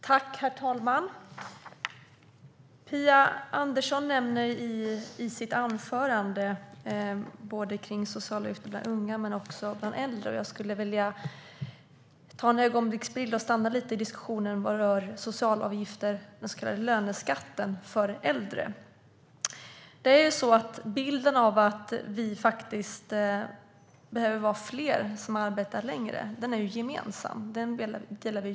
Herr talman! Phia Andersson nämner i sitt anförande socialavgifterna för unga men också socialavgifterna för äldre. Jag skulle vilja ta en ögonblicksbild och stanna lite i diskussionen vad gäller den så kallade löneskatten för äldre. Bilden att det behöver vara fler som arbetar längre är gemensam för oss.